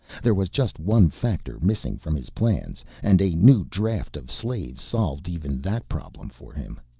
there was just one factor missing from his plans and a new draft of slaves solved even that problem for him.